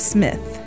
Smith